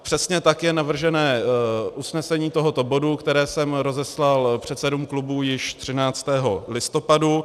Přesně tak je navržené usnesení tohoto bodu, které jsem rozeslal předsedům klubů již 13. listopadu 2018.